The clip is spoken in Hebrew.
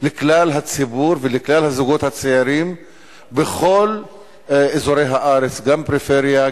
לכלל הציבור ולכלל הזוגות הצעירים בכל אזורי הארץ: גם פריפריה,